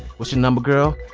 what's your number girl?